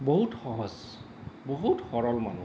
বহুত সহজ বহুত সৰল মানুহ